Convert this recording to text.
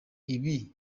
ibi